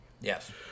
Yes